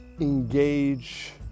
engage